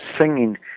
singing